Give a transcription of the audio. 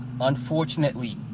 unfortunately